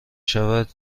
شود